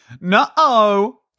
no